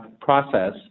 process